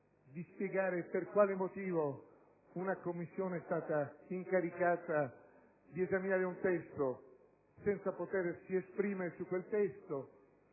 di spiegare per quale motivo una Commissione è stata incaricata di esaminare un testo senza potersi esprimere su quel testo.